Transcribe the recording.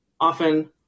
often